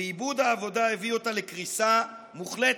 ואיבוד העבודה הביא אותה לקריסה מוחלטת.